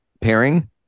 pairing